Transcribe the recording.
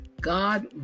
God